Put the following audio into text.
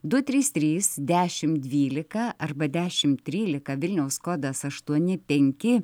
du trys trys dešimt dvylika arba dešimt trylika vilniaus kodas aštuoni penki